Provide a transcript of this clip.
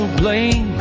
blame